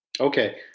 Okay